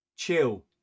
chill